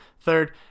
Third